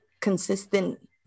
consistent